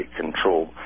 control